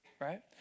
right